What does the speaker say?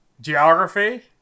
Geography